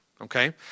okay